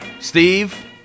Steve